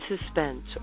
suspense